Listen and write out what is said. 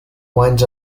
winds